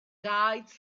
guides